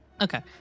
Okay